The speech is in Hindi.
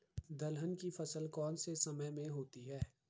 दलहन की फसल कौन से समय में होती है?